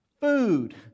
Food